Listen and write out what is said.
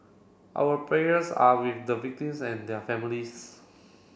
our prayers are with the victims and their families